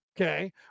Okay